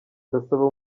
ndasaba